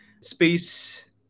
space